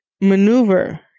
maneuver